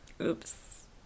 Oops